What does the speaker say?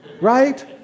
right